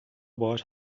باهاش